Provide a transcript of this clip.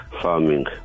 farming